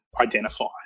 identified